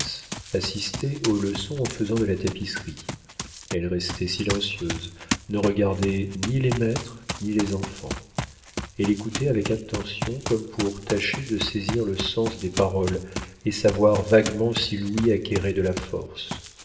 assistait aux leçons en faisant de la tapisserie elle restait silencieuse ne regardait ni les maîtres ni les enfants elle écoutait avec attention comme pour tâcher de saisir le sens des paroles et savoir vaguement si louis acquérait de la force